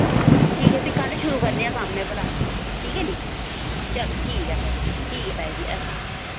ठीक ऐ फ्ही कल शुरू करने आं एह् कम्म भला ठीक ऐ नी चलो ठीक ऐ फिर ठीक ऐ ताई जी अच्छा